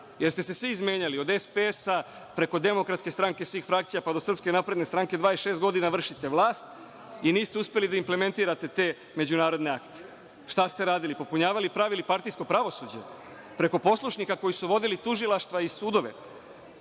jer ste se svi izmenjali od SPS-a, preko DS-a, svih frakcija, pa do SNS, 26 godina vršite vlast i niste uspeli da implementirate te međunarodne akte. Šta ste radili? Popunjavali, pravili partijsko pravosuđe preko poslušnika koji su vodili tužilaštva i sudove,